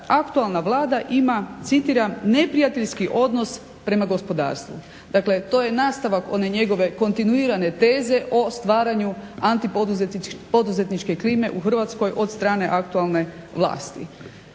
aktualna Vlada ima, citiram neprijateljski odnos prema gospodarstvu. Dakle, to je nastavak one njegove kontinuirane teze o stvaranju antipoduzetničke klime u Hrvatskoj od strane aktualne vlasti.